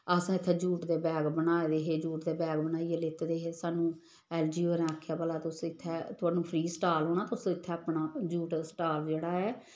अस इत्थै जूट दे बैग बनाए दे हे जूट दे बैग बनाइयै लैते दे हे सानू एल जी होरें आखेआ भला तुस इत्थै थुहानूं फ्री स्टाल होना तुस इत्थै अपना जूट दा स्टाल जेह्ड़ा ऐ